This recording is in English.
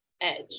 edge